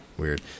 Weird